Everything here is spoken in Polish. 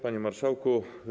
Panie Marszałku!